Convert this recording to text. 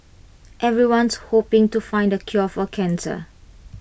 everyone's hoping to find the cure for cancer